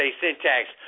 syntax